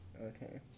Okay